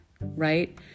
right